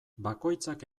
bakoitzak